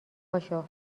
پاشو